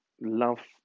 love